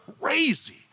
crazy